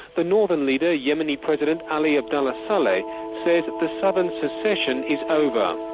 the northern leader, yemeni president ali abdullah saleh, says the southern secession is over.